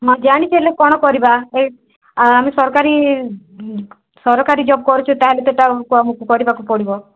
ନା ଜାଣିଛି ହେଲେ କ'ଣ କରିବା ଏ ଆ ଆମେ ସରକାରୀ ସରକାରୀ ଜବ୍ କରୁଛେ ତାହେଲେ ତ ଏଇଟା ଆମକୁ କରିବାକୁ ପଡ଼ିବ